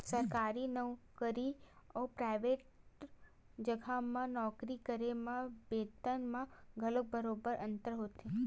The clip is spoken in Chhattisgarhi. सरकारी नउकरी अउ पराइवेट जघा म नौकरी करे म बेतन म घलो बरोबर अंतर होथे